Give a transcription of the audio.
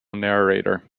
narrator